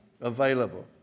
available